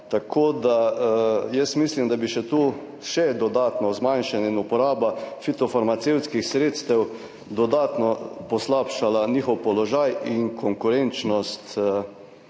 Tako da jaz mislim, da bi še to še dodatno zmanjšanje in uporaba fitofarmacevtskih sredstev dodatno poslabšala njihov položaj in konkurenčnost